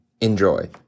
Enjoy